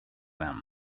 them